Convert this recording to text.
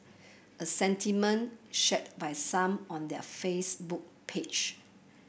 a sentiment shared by some on their Facebook page